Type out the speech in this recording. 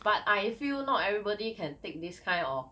but I feel not everybody can take this kind of